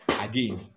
again